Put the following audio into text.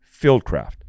Fieldcraft